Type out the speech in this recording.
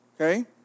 okay